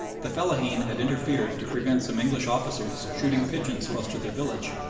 the fellaheen had interfered to prevent some english officers shooting pigeons close to their village,